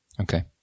Okay